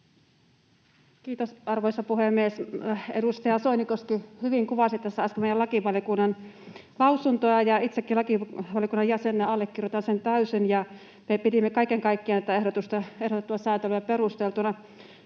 Kiitos, arvoisa puhemies! Edustaja Soinikoski hyvin kuvasi tässä äsken meidän lakivaliokunnan lausuntoa, ja itsekin lakivaliokunnan jäsenenä allekirjoitan sen täysin. Me pidimme tätä ehdotettua säätelyä kaiken